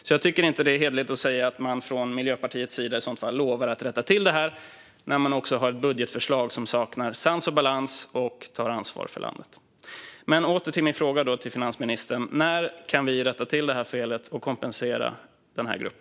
Jag tycker därför inte att det är hederligt att säga att man från Miljöpartiets sida i så fall lovar att rätta till detta när de också har ett budgetförslag som saknar sans och balans och inte tar ansvar för landet. Åter till min fråga till finansministern: När kan vi rätta till detta fel och kompensera denna grupp?